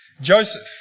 Joseph